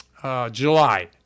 July